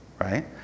right